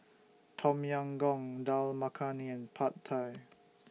Tom Yam Goong Dal Makhani Pad Thai